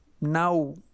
now